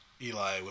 Eli